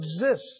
exist